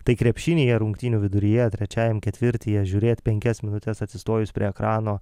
tai krepšinyje rungtynių viduryje trečiajam ketvirtyje žiūrėt penkias minutes atsistojus prie ekrano